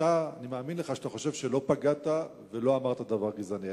אני מאמין לך שאתה חושב שלא פגעת ולא אמרת דבר גזעני.